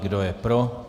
Kdo je pro?